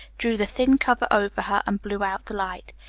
drew the thin cover over her, and blew out the light.